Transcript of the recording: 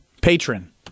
patron